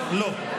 לא.